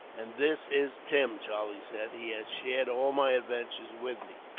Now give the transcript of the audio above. and this is tim, charlie said. he has shared all my adventures with me.